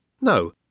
No